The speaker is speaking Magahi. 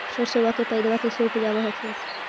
सरसोबा के पायदबा कैसे उपजाब हखिन?